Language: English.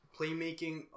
playmaking